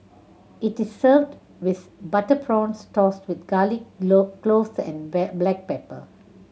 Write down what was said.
it is served with butter prawns tossed with garlic cloves and black pepper